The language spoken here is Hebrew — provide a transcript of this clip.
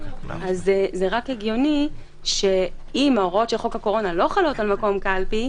זה רק הגיוני שאם ההוראות של חוק הקורונה לא חלות על מקום קלפי,